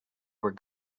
were